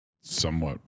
somewhat